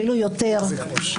אפילו יותר,